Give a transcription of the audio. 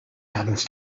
happens